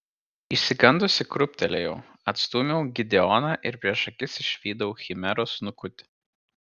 išsigandusi krūptelėjau atstūmiau gideoną ir prieš akis išvydau chimeros snukutį